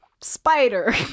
spider